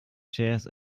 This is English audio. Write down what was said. chairs